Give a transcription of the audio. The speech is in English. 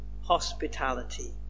hospitality